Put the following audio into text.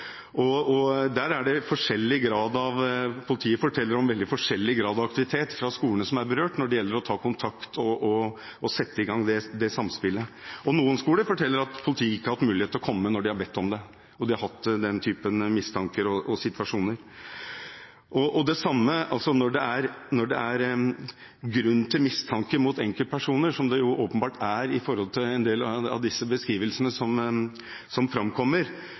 Politiet forteller om veldig forskjellig grad av aktivitet fra skolene som er berørt når det gjelder å ta kontakt og sette i gang dette samspillet, og noen skoler forteller at politiet ikke har hatt mulighet til å komme når de har bedt om det og de har hatt den typen mistanker og situasjoner. Når det er grunn til mistanke mot enkeltpersoner – som det åpenbart er, ut fra en del av de beskrivelsene som framkommer – er man innenfor lovens rammer når det gjelder skjellig grunn til mistanke, og kan bruke det sporet som